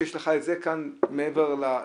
כשיש לך את זה כאן מעבר לפתח,